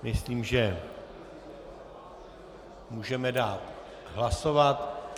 Myslím, že můžeme dát hlasovat.